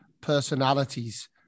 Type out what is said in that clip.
personalities